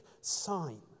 sign